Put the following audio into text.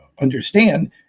understand